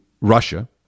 Russia